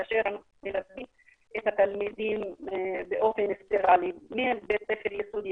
אנחנו מלווים את התלמידים מבית הספר היסודי,